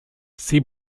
see